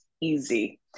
easy